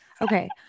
Okay